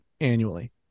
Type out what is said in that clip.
annually